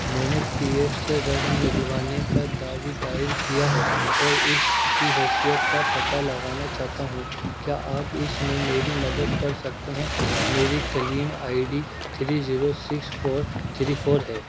میں نے P F سے رقم نکلوانے کا دعوی دائر کیا ہے اور اس کی حیثیت کا پتا لگانا چاہتا ہوں کیا آپ اس میں میری مدد کر سکتے ہیں میری claim I D three zero six four three four ہے